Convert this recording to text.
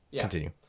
Continue